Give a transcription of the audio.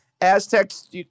Aztecs